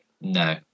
No